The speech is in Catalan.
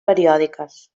periòdiques